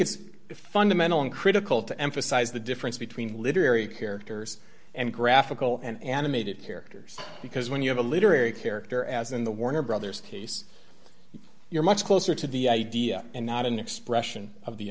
it's fundamental and critical to emphasize the difference between literary characters and graphical and animated characters because when you have a literary character as in the warner brothers case you're much closer to the idea and not an expression of the